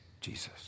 Jesus